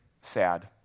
sad